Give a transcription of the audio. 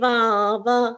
Baba